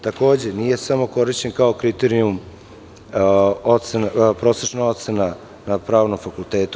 Takođe, nije samo korišćen kao kriterijum prosečna ocena na pravnom fakultetu.